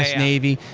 ah navy.